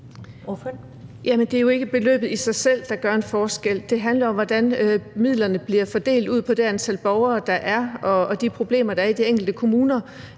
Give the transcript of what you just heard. Det er jo ikke beløbet i sig selv, der gør en forskel. Det handler om, hvordan midlerne bliver fordelt på det antal borgere, der er, og de problemer, der er i de enkelte kommuner.